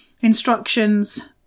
instructions